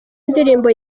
ndirimbo